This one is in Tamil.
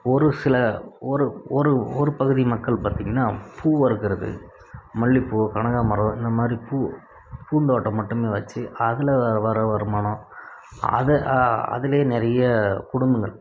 ஒரு சில ஒரு ஒரு ஒரு பகுதி மக்கள் பார்த்திங்ன்னா பூவறுக்கிறது மல்லிகைப்பூ கனகாம்பரம் இந்த மாதிரி பூ பூந்தோட்டம் மட்டுமே வைச்சு அதில் வர வருமானம் அதை அதிலையே நிறைய குடும்பங்கள்